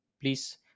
please